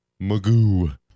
Magoo